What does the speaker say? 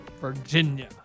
Virginia